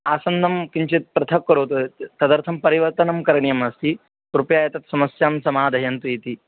आसन्दं किञ्चित् पृथक् करोतु तदर्थं परिवर्तनं करणीयम् अस्ति कृपया एतत् समस्यां समाधयन्तु इति